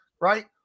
right